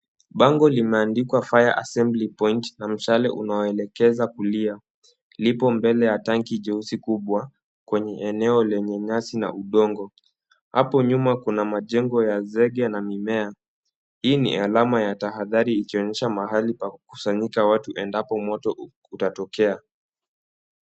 Bango limeandikwa fire assembly point na mshale unaoelekeza kulia, lipo mbele ya tanki jeusi kubwa kwenye eneo lenye nyasi na udongo. Hapo nyuma kuna majengo ya zege na mimea, hii ni alama ya tahadhari, ikionyesha mahali pa kukusanyika watu endapo moto utatokea.